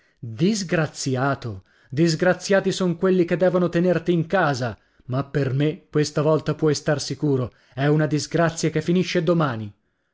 disgraziato disgraziati son quelli che devono tenerti in casa ma per me questa volta puoi star sicuro è una disgrazia che finisce domani